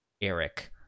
Eric